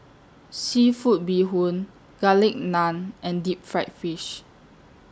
Seafood Bee Hoon Garlic Naan and Deep Fried Fish